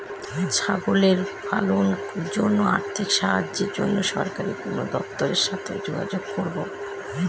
ছাগল পালনের জন্য আর্থিক সাহায্যের জন্য সরকারি কোন দপ্তরের সাথে যোগাযোগ করব?